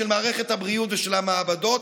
של מערכת הבריאות ושל המעבדות,